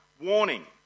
Warning